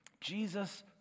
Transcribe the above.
Jesus